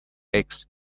eggs